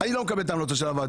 אני לא מקבל את ההמלצות של הוועדה,